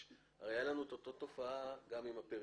הרי הייתה לנו את אותה תופעה גם עם הפריפריה.